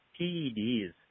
PEDs